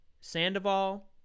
Sandoval